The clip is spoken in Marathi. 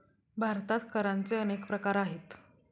भारतात करांचे अनेक प्रकार आहेत